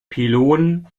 pylon